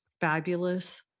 fabulous